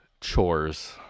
chores